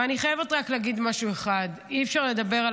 אבל אני חייבת רק להגיד משהו אחד: אי-אפשר לדבר על